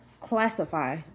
classify